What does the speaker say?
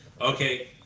Okay